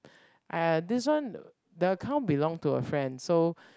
!aiya! this one the account belong to a friend so